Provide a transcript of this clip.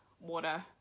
water